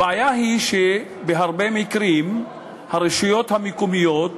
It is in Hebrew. הבעיה היא שבהרבה מקרים הרשויות המקומיות,